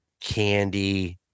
candy